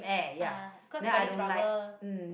ah cause got this rubber